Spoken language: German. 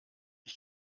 ich